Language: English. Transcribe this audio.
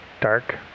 dark